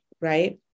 right